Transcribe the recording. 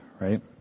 right